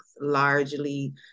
largely